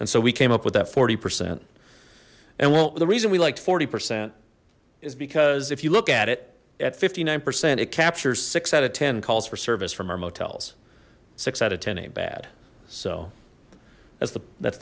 and so we came up with that forty percent and well the reason we liked forty percent is because if you look at it at fifty nine percent it captures six out of ten calls for service from our motels six out of ten ain't bad so that's the that's